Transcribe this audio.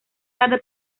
tarde